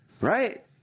Right